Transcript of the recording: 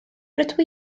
rydw